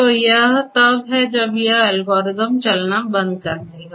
तो यह तब है जब यह एल्गोरिथ्म चलना बंद कर देगा